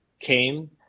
came